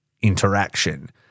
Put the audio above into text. interaction